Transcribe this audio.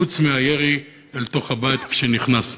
חוץ מהירי אל תוך הבית כשנכנסנו."